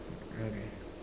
okay